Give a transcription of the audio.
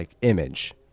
image